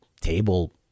table